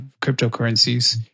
cryptocurrencies